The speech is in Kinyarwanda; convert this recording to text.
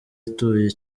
ituwe